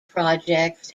projects